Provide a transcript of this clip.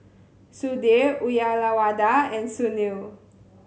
Sudhir Uyyalawada and Sunil